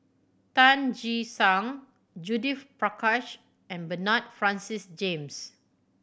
Tan Che Sang Judith Prakash and Bernard Francis James